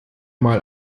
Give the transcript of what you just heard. mal